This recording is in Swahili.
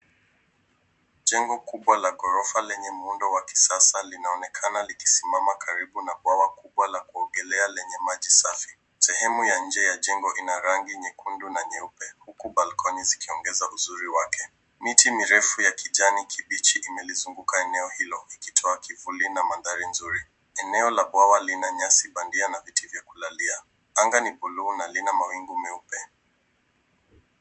Jengo kubwa la gorofa lenye muundo wa kisasa linaonekana likisimama karibu na bwawa kubwa la kuogelea lenye maji safi. Sehemu ya nje ya jengo ina rangi nyekundu na nyeupe na huku balcony zikiongeza uzuri wake. Miti mirefu ya kijani kibichi imelizunguka eneo hilo likitoa kivuli na mandhari nzuri. Eneo la bwawa lina nyasi bandia na viti vya kulalia. Anga ni buluu na lina mawingu meupe.